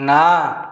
ନାଁ